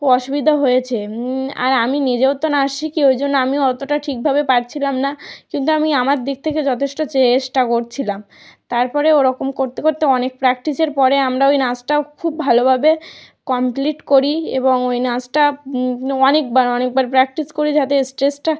অসুবিধা হয়েছে আর আমি নিজেও তো নাচ শিখি ওই জন্য আমি অতটা ঠিকভাবে পারছিলাম না কিন্তু আমি আমার দিক থেকে যথেষ্ট চেষ্টা করছিলাম তারপরে ওরকম করতে করতে অনেক প্র্যাকটিসের পরে আমরা ওই নাচটাও খুব ভালোভাবে কমপ্লিট করি এবং ওই নাচটা অনেকবার অনেকবার প্র্যাকটিস করি যাতে স্ট্রেজটা